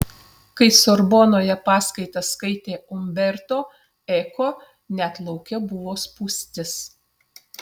kai sorbonoje paskaitas skaitė umberto eko net lauke buvo spūstis